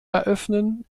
eröffnen